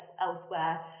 elsewhere